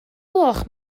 gloch